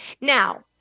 Now